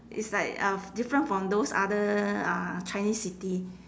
it's like uh f~ different from those other uh chinese city